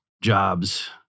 jobs